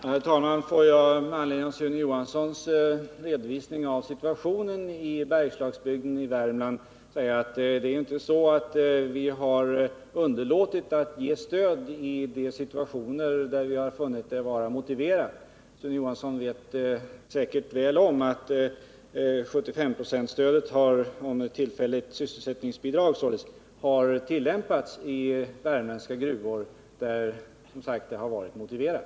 Herr talman! Låt mig med anledning av Sune Johanssons redovisning av situationen i Bergslagsbygden i Värmland säga att vi inte har underlåtit att ge stöd i de situationer där vi har funnit det vara motiverat. Sune Johansson vet säkerligen mycket väl att det 75-procentiga stödet i form av tillfälligt sysselsättningsbidrag har tillämpats i värmländska gruvor i fall där detta har varit motiverat.